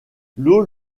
l’eau